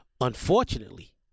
Unfortunately